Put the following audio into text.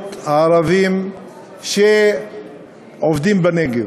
והמורות הערבים שעובדים בנגב,